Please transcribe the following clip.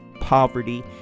poverty